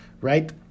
right